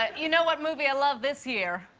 ah you know what movie i love this year?